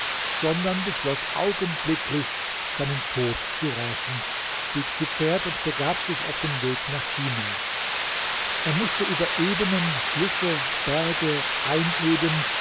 sondern beschloß augenblicklich seinen tod zu rächen stieg zu pferd und begab sich auf den weg nach china er mußte über ebenen flüsse berge einöden